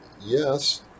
Yes